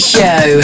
Show